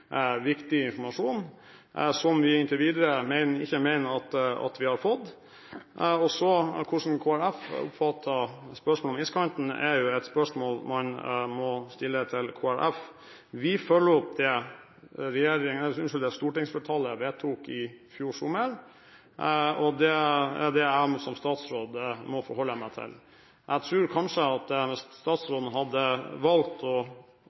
viktig informasjon som vi foreløpig ikke mener vi har fått. Hvordan Kristelig Folkeparti oppfatter spørsmålet om iskanten er et spørsmål man må stille til Kristelig Folkeparti. Vi følger opp det stortingsflertallet vedtok i fjor sommer, og det er det jeg som statsråd må forholde meg til. Jeg tror kanskje at hvis statsråden hadde valgt å